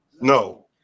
No